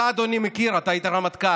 אתה, אדוני, מכיר, אתה היית רמטכ"ל,